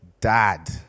dad